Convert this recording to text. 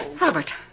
Robert